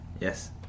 Yes